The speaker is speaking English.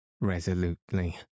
resolutely